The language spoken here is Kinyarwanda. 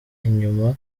inyuma